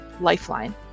lifeline